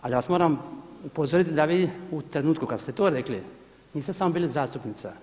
Ali ja vas moram upozoriti da vi u trenutku kada ste to rekli niste samo bili zastupnica.